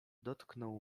dotknął